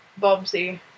Bobsey